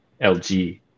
LG